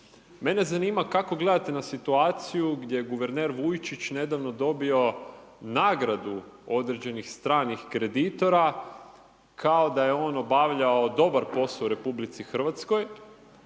mene zanima kako gledate na situaciju gdje je guverner Vujčić nedavno dobio nagradu određenih stranih kreditora kao da je on obavljao dobar posao u RH. Onaj koji